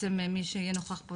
שבעצם מי שיהיה נוכח פה,